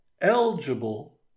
eligible